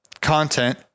content